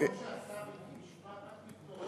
לעשות הרחבה.